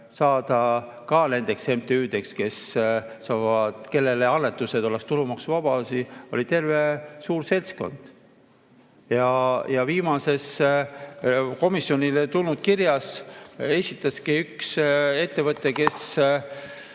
saada ka nendeks MTÜ-deks, kellele annetused oleksid tulumaksuvabad, oli terve suur seltskond. Viimase komisjonile tulnud kirja saatiski üks ettevõte, kes